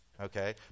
okay